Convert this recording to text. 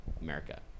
America